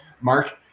Mark